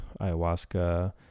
ayahuasca